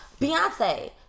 Beyonce